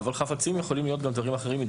אבל חפצים יכולים להיות גם דברים אחרים.